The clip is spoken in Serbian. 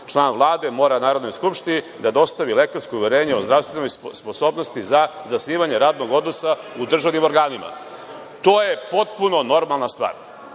član Vlade mora Narodnoj skupštini da dostavi lekarsko uverenje o zdravstvenoj sposobnosti za zasnivanje radnog odnosa u državnim organima. To je potpuno normalna stvar